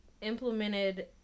implemented